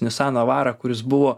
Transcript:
nissan navara kuris buvo